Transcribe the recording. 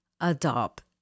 adopt